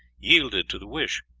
yielded to the wish.